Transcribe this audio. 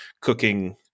cooking